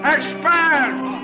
Expand